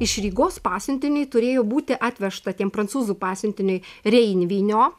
iš rygos pasiuntiniui turėjo būti atvežta tiem prancūzų pasiuntiniui reinvynio